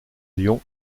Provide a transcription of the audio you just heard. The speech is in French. lyon